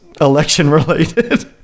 election-related